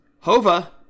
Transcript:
Hova